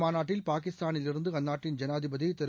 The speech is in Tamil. மாநாட்டில் பாகிஸ்தானில் இந்த இருந்து அந்நாட்டின் ஐனாதிபதி திரு